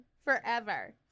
Forever